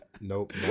Nope